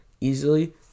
easily